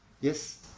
Yes